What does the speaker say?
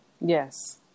Yes